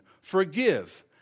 forgive